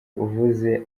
uvuze